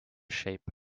shape